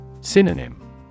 Synonym